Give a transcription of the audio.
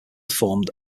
formed